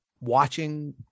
watching